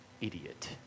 idiot